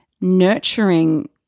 nurturing